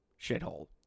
shithole